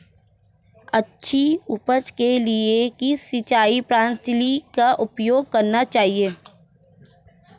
अच्छी उपज के लिए किस सिंचाई प्रणाली का उपयोग करना चाहिए?